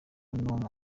nimwe